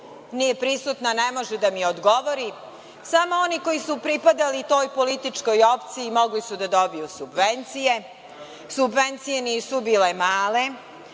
nije prisutna, ne može da mi odgovori. Samo oni koji su pripadali toj političkoj opciji mogli su da dobiju subvencije. Subvencije nisu bile male,